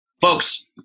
Folks